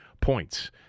points